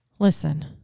Listen